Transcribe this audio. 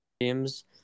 teams